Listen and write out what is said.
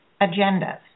agendas